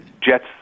Jets